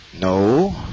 No